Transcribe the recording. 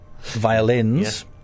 violins